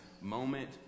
moment